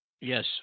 Yes